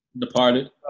Departed